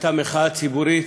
הייתה מחאה ציבורית